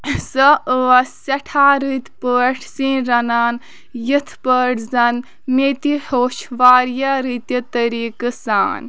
سۄ ٲس سٮ۪ٹھاہ رٕتۍ پٲٹھۍ سِنۍ رَنان یِتھ پٲٹھۍ زَن مےٚ تہِ ہیوچھ واریاہ رٕتہِ طٔریٖقہٕ سان